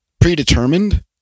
predetermined